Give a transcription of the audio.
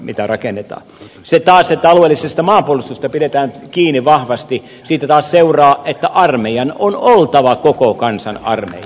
siitä taas että alueellisesta maanpuolustuksesta pidetään kiinni vahvasti seuraa että armeijan on oltava koko kansan armeija